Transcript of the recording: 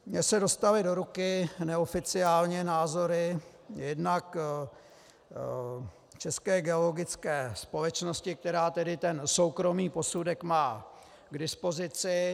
Mně se dostaly do ruky neoficiálně názory jednak České geologické společnosti, která tedy ten soukromý posudek má k dispozici.